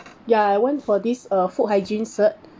ya I went for this uh food hygiene cert